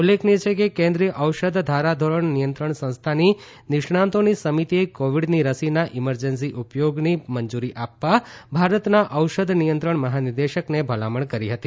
ઉલ્લેખનીય છે કે કેન્દ્રિય ઔષધ ધારાધોરણ નિયંત્રણ સંસ્થાની નિષ્ણાતોની સમિતિએ કોવિડની રસીના ઈમરજન્સી ઉપયોગની મંજૂરી આપવા ભારતના ઔષધ નિયંત્રણ મહાનિદેશકને ભલામણ કરી હતી